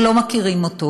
או לא מכירים אותו.